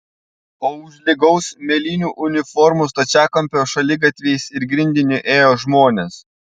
o už lygaus mėlynų uniformų stačiakampio šaligatviais ir grindiniu ėjo žmonės